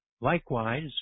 Likewise